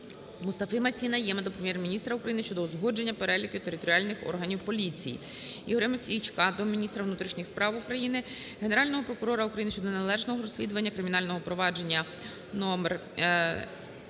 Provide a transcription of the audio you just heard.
Мустафи-МасіНайєма до Прем'єр-міністра України щодо узгодження переліку територіальних органів поліції. ІгоряМосійчука до міністра внутрішніх справ України, Генерального прокурора України щодо неналежного розслідування кримінального провадження